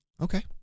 Okay